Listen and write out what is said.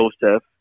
Joseph